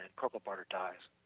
and corporal barger dies.